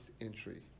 entry